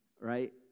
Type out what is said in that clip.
right